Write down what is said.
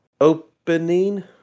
opening